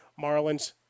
Marlins